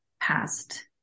past